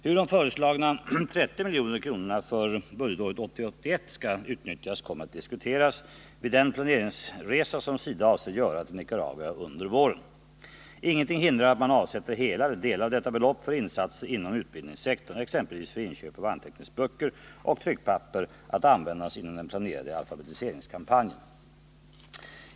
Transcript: Hur det föreslagna beloppet på 30 milj.kr. för budgetåret 1980/81 skall utnyttjas kommer att diskuteras vid den planeringsresa som SIDA avser göra till Nicaragua under våren. Ingenting hindrar att man avsätter hela eller delar av detta belopp för insatser inom utbildningssektorn, exempelvis för inköp av anteckningsböcker och tryckpapper att användas inom den planerade alfabetiseringskampanjen.